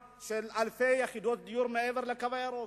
אלפי יחידות דיור מעבר ל"קו הירוק".